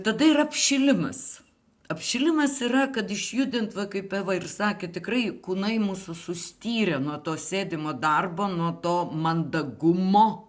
tada ir apšilimas apšilimas yra kad išjudint va kaip eva ir sakė tikrai kūnai mūsų sustirę nuo to sėdimo darbo nuo to mandagumo